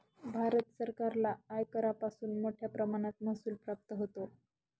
भारत सरकारला आयकरापासून मोठया प्रमाणात महसूल प्राप्त होतो